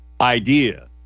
idea